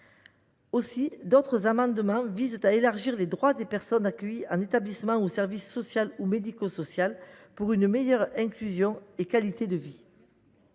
D’autres amendements visent à élargir les droits des personnes accueillies en établissement ou service social ou médico social, pour une meilleure inclusion et une